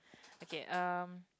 okay um